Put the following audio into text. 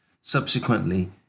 Subsequently